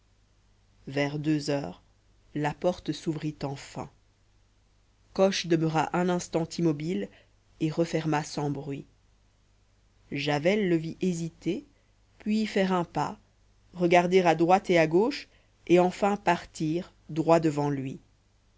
vers deux heures la porte s'ouvrit enfin coche demeura un instant immobile et referma sans bruit javel le vit hésiter puis faire un pas regarder à droite et à gauche et enfin partir droit devant lui